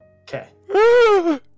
Okay